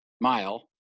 mile